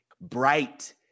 bright